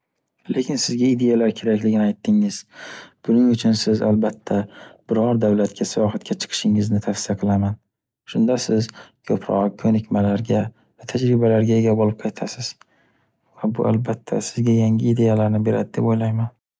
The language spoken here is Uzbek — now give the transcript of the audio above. Lekin sizga idealar kerakligini aytdingiz. Buning uchun siz albatta biror davlatga sayohatga chiqishingizni tavsiya qilaman. Shunda siz ko’proq ko’nikmalarga va tajribalarga ega bo’lib qaytasiz. Va bu albatta sizga yangi idealarni beradi deb o’ylayman.